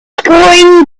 screwing